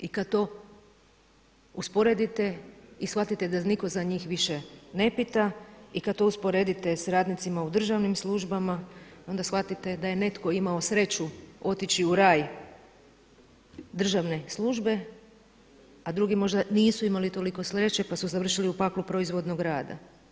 I kada to usporedite i shvatite da niko za njih više ne pita i kada to usporedite s radnicima u državnim službama onda shvatite da je netko imao sreću otići u raj državne službe, a drugi možda nisu imali toliko sreće pa su završili u paklu proizvodnog rada.